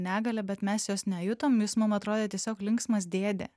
negalią bet mes jos nejutom jis man atrodė tiesiog linksmas dėdė